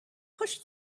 push